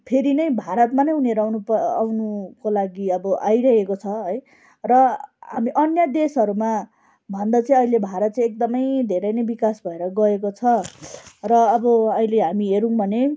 फेरि नै भारतमा नै उनीहरू आउनु प आउनुको लागि अब आइरहेको छ है र हामी अन्य देशहरूमाभन्दा चाहिँ अहिले भारत चाहिँ एकदमै धेरै नै विकास भएर गएको छ र अब अहिले हामी हेऱ्यौँ भने